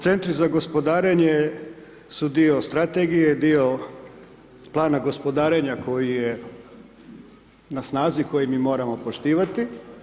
Centri za gospodarenje su dio strategije, dio plana gospodarenja koji je na snazi i koji mi moramo poštivati.